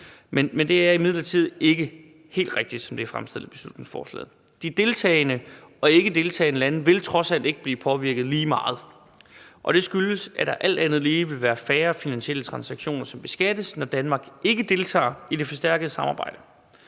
men det er imidlertid ikke helt rigtigt, som det er fremstillet i beslutningsforslaget. De deltagende og ikkedeltagende lande vil trods alt ikke blive påvirket lige meget. Det skyldes, at der alt andet lige vil være færre finansielle transaktioner, som beskattes, når Danmark ikke deltager i det forstærkede samarbejde.